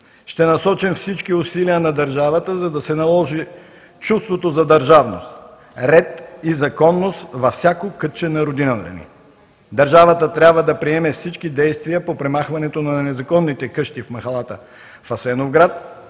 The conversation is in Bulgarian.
Ще насочим всички усилия на държавата, за да се наложи чувството за държавност, ред и законност във всяко кътче на родината ни! Държавата трябва да предприеме всички действия по премахването на незаконните къщи от махалата в Асеновград,